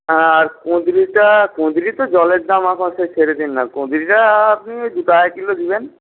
আর কুঁদরিটা কুঁদরিতো জলের দাম ছেড়ে দিন না কুঁদরিটা আপনি দু টাকা কিলো দেবেন